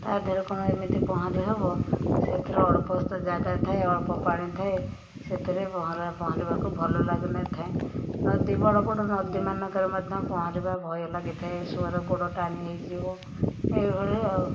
ତା' ଦେହରେ କ'ଣ ଏମିତି ପହଁରି ହେବ ସେଥିରେ ଅଳ୍ପ ଜାଗା ଥାଏ ଅଳ୍ପ ପାଣି ଥାଏ ସେଥିରେ ପହଁରା ପହଁରିବାକୁ ଭଲ ଲଗିନଥାଏ ନଦୀ ବଡ଼ ବଡ଼ ନଦୀମାନଙ୍କରେ ମଧ୍ୟ ପହଁରିବା ଭୟ ଲାଗିଥାଏ ସୁଅରେ ଗୋଡ଼ ଟାଣି ହୋଇଯିବ ଏଇଭଳି ଆଉ